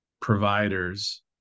providers